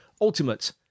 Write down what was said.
ultimate